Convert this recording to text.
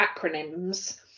acronyms